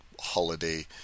holiday